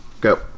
Go